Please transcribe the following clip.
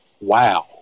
wow